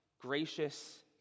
gracious